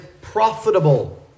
profitable